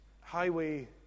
highway